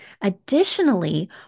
Additionally